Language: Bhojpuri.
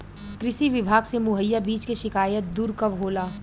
कृषि विभाग से मुहैया बीज के शिकायत दुर कब होला?